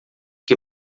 que